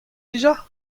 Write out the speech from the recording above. dija